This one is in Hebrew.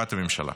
ישיבת הממשלה: